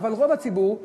אבל רוב הציבור,